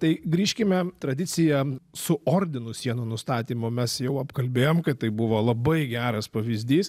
tai grįžkime tradiciją su ordinu sienų nustatymo mes jau apkalbėjom kad tai buvo labai geras pavyzdys